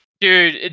Dude